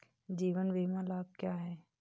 जीवन बीमा लाभ क्या हैं?